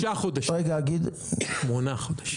שישה חודשים, שמונה חודשים.